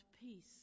peace